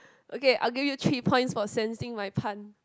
okay I will give you three points for sensing my pun